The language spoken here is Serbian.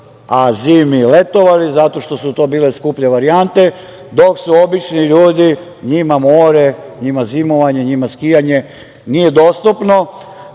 a zimi letovali, zato što su to bile skuplje varijante, dok su obični ljudi, njima more, njima zimovanje, njima skijanje nije dostupno,